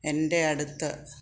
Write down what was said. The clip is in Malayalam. എൻ്റെ അടുത്ത്